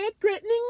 threatening